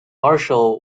marshall